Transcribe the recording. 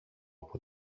από